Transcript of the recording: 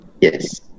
Yes